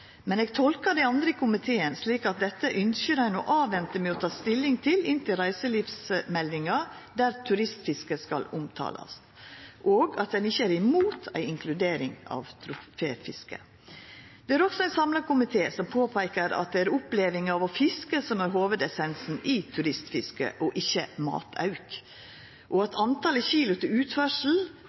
Men eg tolkar dei andre i komiteen slik at ein ønskjer å venta med å ta stilling til dette inntil reiselivsmeldinga – der turistfiske skal omtalast – kjem, og at ein ikkje er imot ei inkludering av troféfiske. Det er òg ein samla komité som peikar på at det er opplevinga av å fiska som er hovudessensen i turistfisket, ikkje matauk, og at talet på kilo til